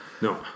No